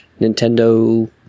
Nintendo